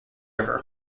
river